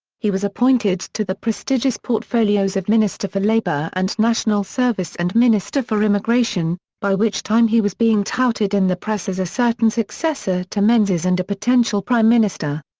he was appointed to the prestigious portfolios of minister for labour and national service and minister for immigration, by which time he was being touted in the press as a certain successor to menzies and a potential prime minister.